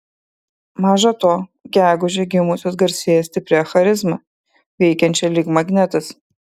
maža to gegužę gimusios garsėja stipria charizma veikiančia lyg magnetas